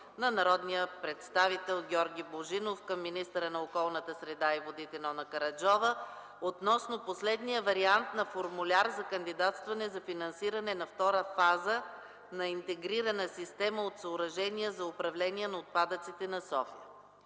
от народния представител Георги Божинов към министъра на околната среда и водите Нона Караджова относно последния вариант на формуляр за кандидатстване за финансиране на Втора фаза на Интегрирана система от съоръжения за управление на отпадъците на София.